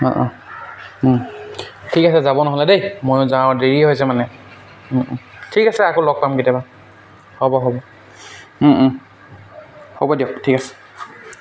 অঁ অঁ ঠিক আছে যাব নহ'লে দেই ময়ো যাওঁ দেৰিয়ে হৈছে মানে ঠিক আছে আকৌ লগ পাম কেতিয়াবা হ'ব হ'ব হ'ব দিয়ক ঠিক আছে